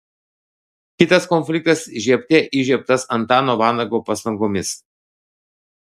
kitas konfliktas žiebte įžiebtas antano vanago pastangomis